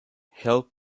help